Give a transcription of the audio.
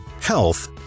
health